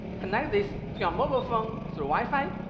connect this to your mobile phone through wi-fi,